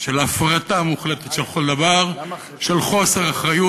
של הפרטה מוחלטת של כל דבר, של חוסר אחריות.